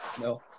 no